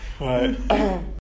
Right